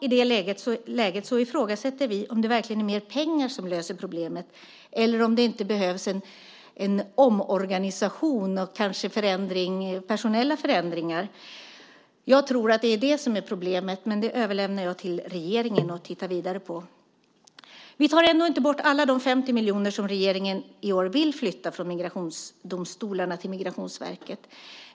I det läget ifrågasätter vi om det verkligen är mer pengar som löser problemen, eller om det behövs en omorganisation och personella förändringar. Jag tror att det är det som är problemet, men jag överlämnar till regeringen att titta vidare på det. Vi tar ändå inte bort alla de 50 miljoner som regeringen i år vill flytta från migrationsdomstolarna till Migrationsverket.